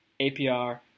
APR